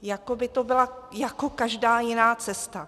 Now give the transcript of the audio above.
Jako by to byla jako každá jiná cesta.